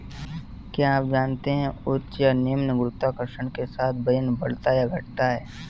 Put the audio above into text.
क्या आप जानते है उच्च या निम्न गुरुत्वाकर्षण के साथ वजन बढ़ता या घटता है?